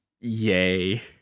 Yay